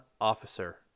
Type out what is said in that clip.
officer